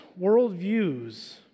worldviews